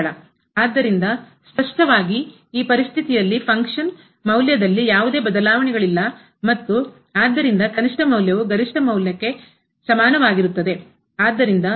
ಆದ್ದರಿಂದ ಸ್ಪಷ್ಟವಾಗಿ ಈ ಪರಿಸ್ಥಿತಿಯಲ್ಲಿ ಫಂಕ್ಷನ್ನ ಮೌಲ್ಯದಲ್ಲಿ ಯಾವುದೇ ಬದಲಾವಣೆಗಳಿಲ್ಲ ಮತ್ತು ಆದ್ದರಿಂದ ಕನಿಷ್ಠ ಮೌಲ್ಯವು ಗರಿಷ್ಠ ಮೌಲ್ಯಕ್ಕೆ ಸಮಾನವಾಗಿರುತ್ತದೆ